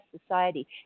society